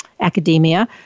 academia